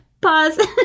Pause